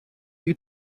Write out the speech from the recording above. you